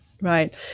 right